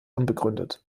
unbegründet